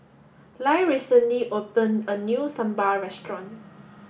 Lyle recently opened a new Sambal Restaurant